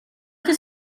till